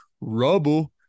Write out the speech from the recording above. Rubble